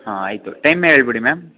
ಹಾಂ ಆಯಿತು ಟೈಮ್ ಹೇಳ್ಬಿಡಿ ಮ್ಯಾಮ್